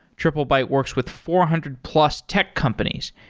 triplebyte works with four hundred plus tech companies,